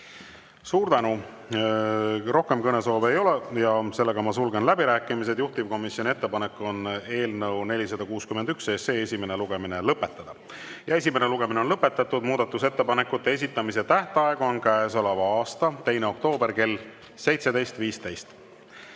Suur tänu! Rohkem kõnesoove ei ole, ma sulgen läbirääkimised. Juhtivkomisjoni ettepanek on eelnõu 461 esimene lugemine lõpetada ja esimene lugemine on lõpetatud. Muudatusettepanekute esitamise tähtaeg on käesoleva aasta 2. oktoober kell 17.15.